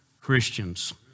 Christians